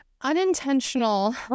unintentional